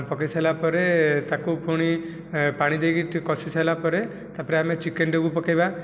ପକେଇ ସାରିଲା ପରେ ତାକୁ ପୁଣି ପାଣି ଦେଇକି ଟିକିଏ କଷି ସାରିଲା ପରେ ତାପରେ ଆମେ ଚିକେନଟାକୁ ପକେଇବା